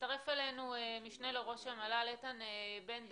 הצטרף אלינו המשנה לראש המל"ל, איתן בן דוד,